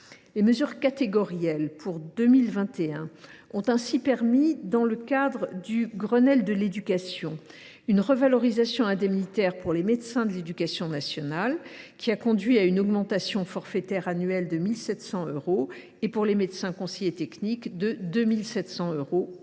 Les mesures catégorielles pour 2021 ont ainsi permis, dans le cadre du Grenelle de l’éducation, une revalorisation indemnitaire pour les médecins de l’éducation nationale, soit une augmentation forfaitaire annuelle de 1 700 euros, et pour les médecins conseillers techniques, avec une